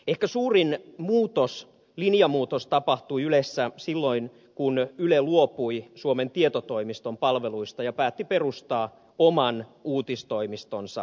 ehkä suurin linjamuutos tapahtui ylessä silloin kun yle luopui suomen tietotoimiston palveluista ja päätti perustaa oman uutistoimistonsa